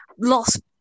lost